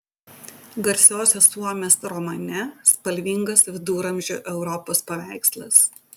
garsiosios suomės romane spalvingas viduramžių europos paveikslas